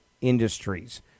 industries